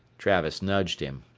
travis nudged him.